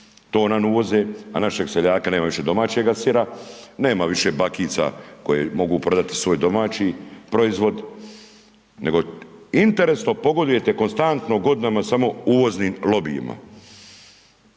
to nam uvoze, a našeg seljaka nema više domaćega sira, nema više bakica koje mogu prodati svoj domaći proizvod, nego interesno pogodujete konstantno godinama samo uvoznim lobijima.